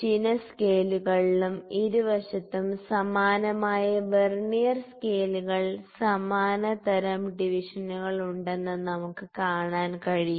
04 mm രണ്ട് സ്കെയിലുകളിലും ലംബ തിരശ്ചീന സ്കെയിലുകളിലും ഇരുവശത്തും സമാനമായ വെർനിയർ സ്കെയിലുകൾ സമാന തരം ഡിവിഷനുകൾ ഉണ്ടെന്ന് നമുക്ക് കാണാൻ കഴിയും